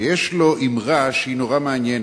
ויש לו אמרה נורא מעניינת.